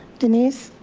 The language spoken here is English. denise?